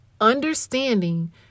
Understanding